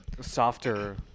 softer